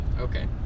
Okay